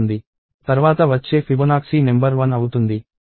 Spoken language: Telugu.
తర్వాత వచ్చే ఫిబొనాక్సీ నెంబర్ 1 అవుతుంది